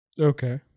Okay